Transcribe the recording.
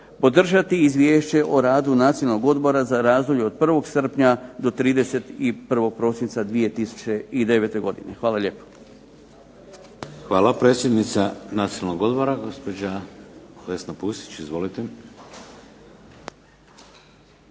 podržati Izvješće o radu Nacionalnog odbora za razdoblje od 1. srpnja do 31. prosinca 2009. godine. Hvala lijepo. **Šeks, Vladimir (HDZ)** Hvala. Predsjednica Nacionalnog odbora gospođa Vesna Pusić. Izvolite.